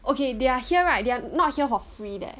okay they are here right they are not here for free leh